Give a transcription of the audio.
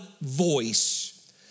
voice